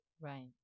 right